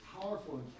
powerful